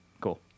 Cool